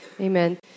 Amen